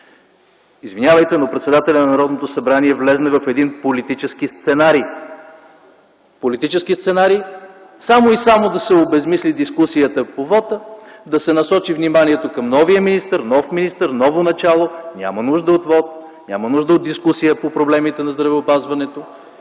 Извинявайте, но председателят на Народното събрание влезе в един политически сценарий, само и само да се обезсмисли дискусията по вота, да се насочи вниманието към новия министър – нов министър, ново начало, няма нужда от вот, няма нужда от дискусия по проблемите на здравеопазването.